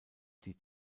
die